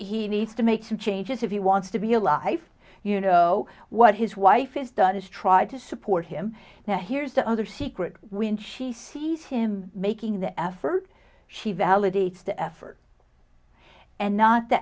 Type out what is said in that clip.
he needs to make some changes if he wants to be a life you know what his wife is done is try to support him now here's the other secret when she sees him making the effort she validates the effort and not the